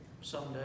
someday